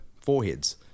foreheads